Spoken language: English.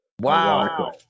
Wow